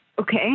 Okay